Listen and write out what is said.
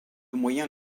moyen